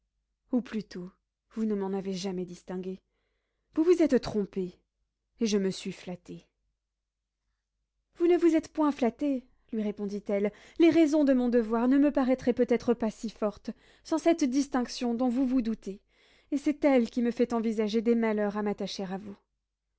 ou plutôt vous ne m'en avez jamais distingué vous vous êtes trompée et je me suis flatté vous ne vous êtes point flatté lui répondit-elle les raisons de mon devoir ne me paraîtraient peut-être pas si fortes sans cette distinction dont vous vous doutez et c'est elle qui me fait envisager des malheurs à m'attacher à vous